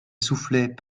soufflait